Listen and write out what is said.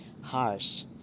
harsh